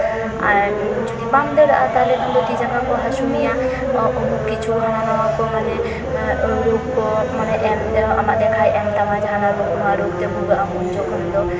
ᱟᱨ ᱡᱩᱫᱤ ᱵᱟᱢ ᱫᱟᱹᱲᱟᱜᱼᱟ ᱛᱟᱞᱦᱮ ᱠᱷᱟᱱ ᱫᱚ ᱛᱤᱼᱡᱟᱸᱜᱟ ᱠᱚ ᱦᱟᱹᱥᱩ ᱢᱮᱭᱟ ᱚ ᱚᱢᱩᱠ ᱠᱤᱪᱷᱩ ᱦᱟᱱᱟᱼᱱᱟᱣᱟ ᱠᱚ ᱢᱟᱱᱮ ᱟᱹᱣᱨᱟᱹᱜᱽ ᱠᱚ ᱢᱟᱱᱮ ᱮᱢ ᱨᱮᱦᱚᱸ ᱟᱢᱟᱜ ᱫᱮᱠᱷᱟᱭ ᱮᱢ ᱛᱟᱢᱟ ᱡᱟᱦᱟᱱᱟᱜ ᱨᱳᱜᱽ ᱱᱚᱣᱟ ᱨᱳᱜᱽ ᱛᱮ ᱵᱷᱩᱜᱟᱹᱜᱼᱟᱢ ᱩᱱ ᱡᱚᱠᱷᱚᱱ ᱫᱚ